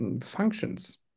functions